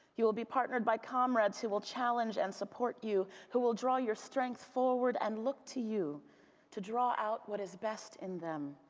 you will be partnered by comrades who will challenge and support you, who will draw your strength forward and look to you to draw out what is best in them.